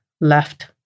left